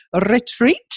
retreat